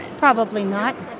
probably not.